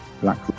black